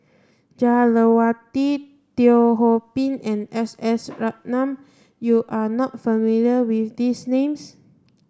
Jah Lelawati Teo Ho Pin and S S Ratnam you are not familiar with these names